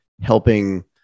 helping